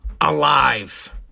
alive